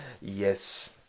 yes